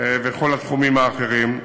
ובכל התחומים האחרים.